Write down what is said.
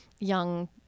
Young